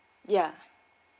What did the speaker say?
yeah